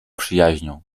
przyjaźnią